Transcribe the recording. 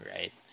Right